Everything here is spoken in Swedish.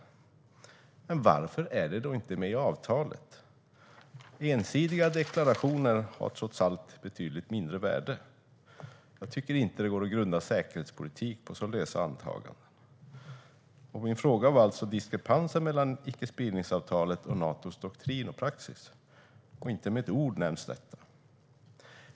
Varför är det då inte med i avtalet? Ensidiga deklarationer har trots allt betydligt mindre värde. Jag tycker inte att det går att grunda säkerhetspolitik på så här lösa antaganden. Min fråga handlade alltså om diskrepansen mellan icke-spridningsavtalet och Natos doktrin och praxis. Inte med ett ord nämns detta.